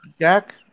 Jack